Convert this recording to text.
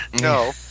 no